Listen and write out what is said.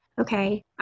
okay